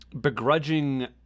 begrudging